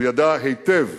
הוא ידע היטב,